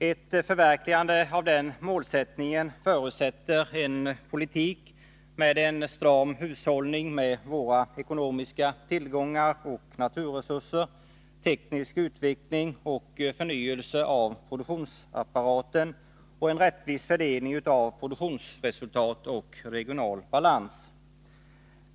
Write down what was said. Ett förverkligande av den målsättningen förutsätter en politik med en stram hushållning med våra ekonomiska tillgångar och naturresurser, teknisk utveckling och förnyelse av produktionsapparaten samt en rättvis fördelning av produktionsresultat och regional balans.